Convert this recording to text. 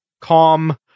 calm